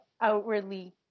outwardly